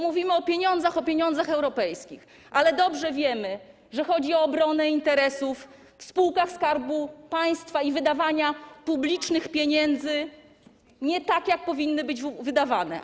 Mówimy o pieniądzach europejskich, ale dobrze wiemy, że chodzi o obronę interesów w spółkach Skarbu Państwa i wydawania publicznych pieniędzy nie tak, jak powinny być wydawane.